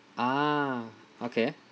ah okay